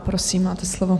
Prosím, máte slovo.